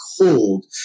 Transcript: cold